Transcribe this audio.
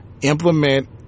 implement